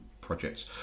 projects